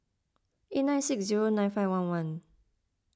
eight nine six zero nine five one one